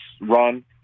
run